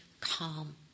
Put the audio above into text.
Calm